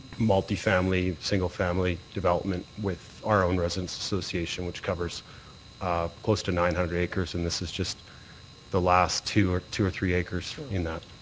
multifamily, single family development with our own residents association which covers close to nine hundred acres and this is just the last two or two or three acres in that.